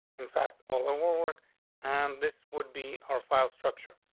in fact, all of our work and this would be our file structure.